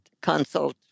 consult